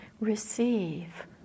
receive